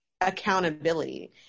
accountability